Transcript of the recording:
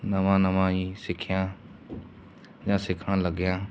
ਨਵਾਂ ਨਵਾਂ ਹੀ ਸਿੱਖਿਆ ਜਾਂ ਸਿੱਖਣ ਲੱਗਿਆ